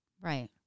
Right